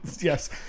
Yes